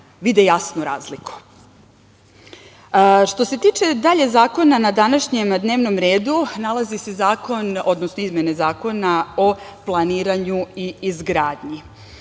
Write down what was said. vide jasnu razliku. Što se tiče dalje zakona na današnjem dnevnom redu, nalazi se zakon, odnosno izmene Zakona o planiranju i izgradnji.